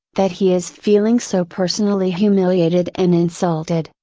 that he is feeling so personally humiliated and insulted,